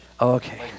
okay